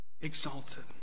exalted